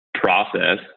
process